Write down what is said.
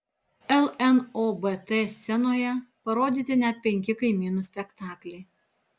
lnobt scenoje bus parodyti net penki kaimynų spektakliai